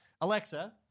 Alexa